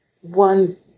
One